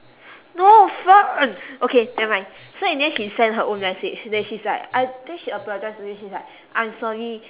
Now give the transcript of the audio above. no fern okay never mind so in the end she send her own message then she's like I think she apologise to him she's like I'm sorry